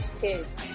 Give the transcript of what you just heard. kids